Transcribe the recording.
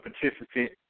participant